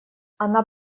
она